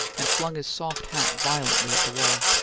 and flung his soft hat violently at the wall.